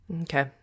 Okay